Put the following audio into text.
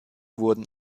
wurden